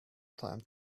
time